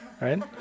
right